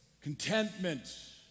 contentment